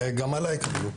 וגם עליי כתבו,